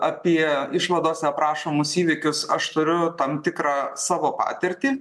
apie išvadose aprašomus įvykius aš turiu tam tikrą savo patirtį